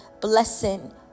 blessing